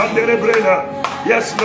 Yes